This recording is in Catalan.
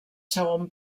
segon